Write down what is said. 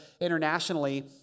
internationally